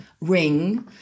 ring